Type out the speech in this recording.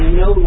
no